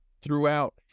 throughout